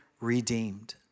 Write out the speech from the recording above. redeemed